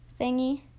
thingy